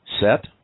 set